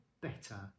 better